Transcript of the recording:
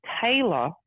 Taylor